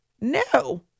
No